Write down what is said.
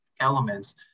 elements